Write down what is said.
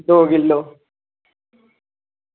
दो किलो